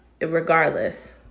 regardless